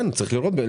כן, צריך לראות.